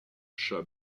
chat